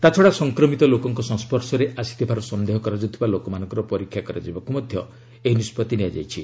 ତା୍ଚଡା ସଂକ୍ରମିତ ଲୋକଙ୍କ ସଂସର୍ଶରେ ଆସିଥିବାର ସନ୍ଦେହ କରାଯାଉଥିବା ଲୋକମାନଙ୍କର ପରୀକ୍ଷା କରାଯିବାକୁ ମଧ୍ୟ ଏହି ନିଷ୍ପଭି ନିଆଯାଇଛି